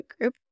group